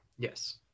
Yes